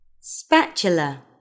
SPATULA